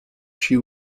she